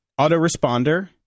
autoresponder